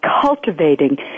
cultivating